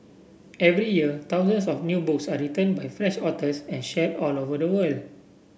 every year thousands of new books are written by French authors and shared all over the world